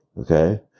Okay